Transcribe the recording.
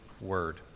word